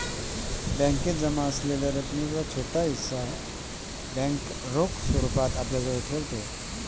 बॅकेत जमा असलेल्या रकमेचा छोटासा हिस्सा बँक रोख स्वरूपात आपल्याजवळ ठेवते